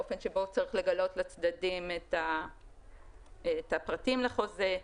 לאופן שבו צריך לגלות לצדדים את הפרטים לחוזה,